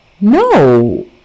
No